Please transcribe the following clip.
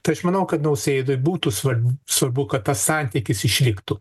tai aš manau kad nausėdai būtų svarb svarbu kad tas santykis išliktų